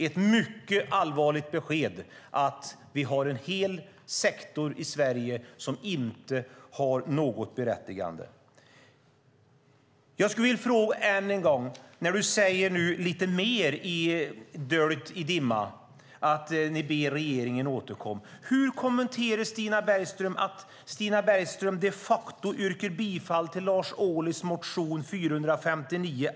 Det är ett mycket allvarligt besked, att vi har en hel sektor i Sverige som inte har något berättigande. Jag skulle vilja ställa en fråga när du nu säger, lite mer höljt i dimma, att ni ber regeringen återkomma: Hur kommenterar Stina Bergström att Stina Bergström de facto yrkar bifall till den andra att-satsen i Lars Ohlys motion 459?